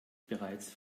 bereits